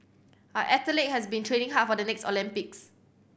our athletes have been training hard for the next Olympics